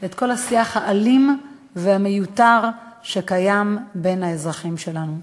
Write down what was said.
את כל השיח האלים והמיותר שקיים בין האזרחים שלנו.